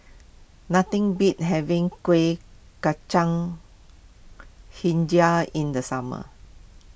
nothing beats having Kuih Kacang HiJau in the summer